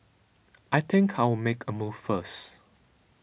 I think I'll make a move first